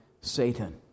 Satan